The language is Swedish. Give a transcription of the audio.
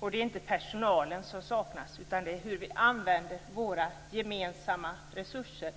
och inte heller personal, som saknas. I stället handlar det om hur vi använder våra gemensamma resurser.